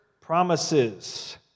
promises